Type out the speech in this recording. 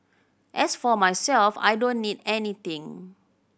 as for myself I don't need anything